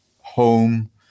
home